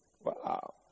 Wow